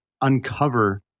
uncover